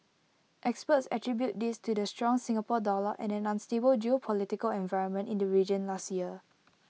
experts attribute this to the strong Singapore dollar and an unstable geopolitical environment in the region last year